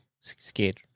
scared